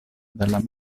dalla